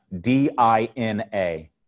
D-I-N-A